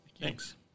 Thanks